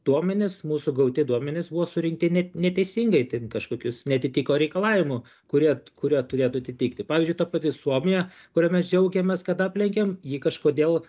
duomenys mūsų gauti duomenys buvo surinkti ne neteisingai ten kažkokius neatitiko reikalavimų kurie kurie turėtų atitikti pavyzdžiui ta pati suomija kurią mes džiaugiamės kad aplenkėm ji kažkodėl